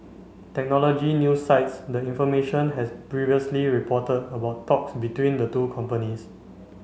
technology news site the information has previously reported about talks between the two companies